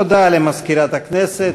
תודה למזכירת הכנסת.